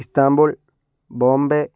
Istanbul Bombay